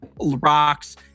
rocks